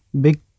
big